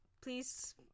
please